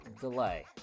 delay